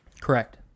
Correct